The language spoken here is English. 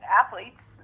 athletes